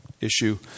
issue